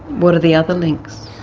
what are the other links?